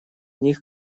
них